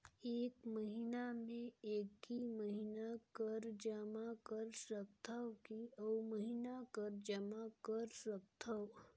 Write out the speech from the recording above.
एक महीना मे एकई महीना कर जमा कर सकथव कि अउ महीना कर जमा कर सकथव?